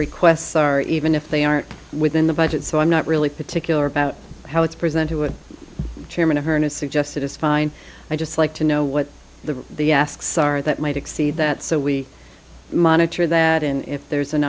requests are even if they are within the budget so i'm not really particular about how it's presented what chairman hernot suggested is fine i just like to know what the the asks are that might exceed that so we monitor that and if there's an